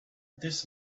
this